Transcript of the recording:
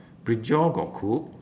brinjal got cook